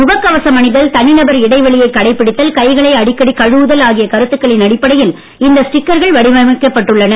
முகக் கவசம் அணிதல் தனி நபர் இடைவெளியை கடைபிடித்தல் கைகளை அடிக்கடி கழுவுதல் ஆகிய கருத்துக்களின் அடிப்படையில் இந்த ஸ்டிக்கர்கள் வடிவமைக்கப்பட்டுள்ளன